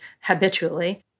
habitually